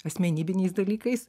asmenybiniais dalykais